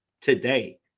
today